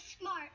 smart